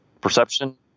perception